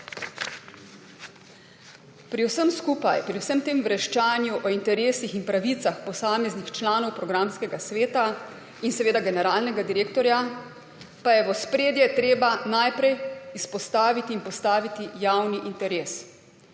Pri vsem skupaj, pri vsem tem vreščanju o interesih in pravicah posameznih članov programskega sveta in seveda generalnega direktorja pa je treba najprej izpostaviti in v ospredje postaviti javni interes.